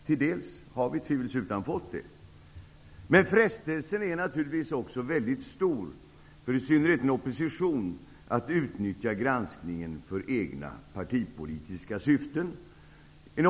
Till dels har vi tvivelsutan fått det. Men frestelsen är naturligtvis väldigt stor, i synnerhet för en opposition, att utnyttja granskningen för egna partipolitiska syften.